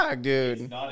dude